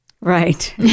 Right